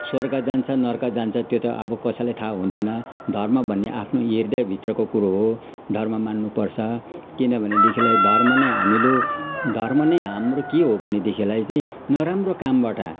स्वर्ग जान्छ नर्क जान्छ त्यो त अब कसैलाई थाहा हुँदैन धर्म भन्ने आफ्नो हृदय भित्रको कुरो हो धर्म मान्नु पर्छ किनभनेदेखिलाई धर्म नै हामीलाई धर्म नै हाम्रो के हो भनेदेखिलाई चाहिँ नराम्रो कामबाट